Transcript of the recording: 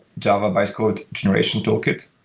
java bytecode generation toolkit,